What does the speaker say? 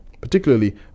particularly